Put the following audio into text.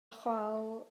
chwâl